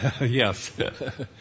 Yes